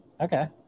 Okay